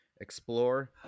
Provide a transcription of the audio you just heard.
explore